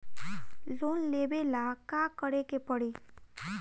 Loan लेबे ला का करे के पड़ी?